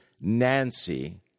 Nancy